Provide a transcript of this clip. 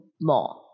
more